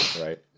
right